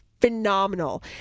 phenomenal